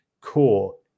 Cool